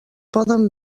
poden